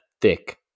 thick